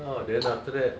out then after that